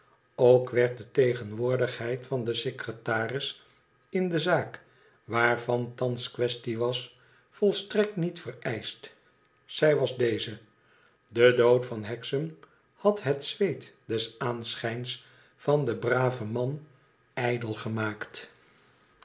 ook werd de tegenwoordigheid van den secretaris in de zaak waarvan thans quaestie was volstrekt niet vereischt zij was deze de dood van hexam had het zweet des aanschijns van den braven man ijdel gemaakt